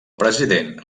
president